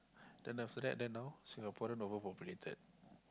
then after that then now Singaporean over populated